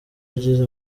yagize